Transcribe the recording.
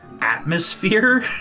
atmosphere